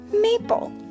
Maple